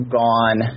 gone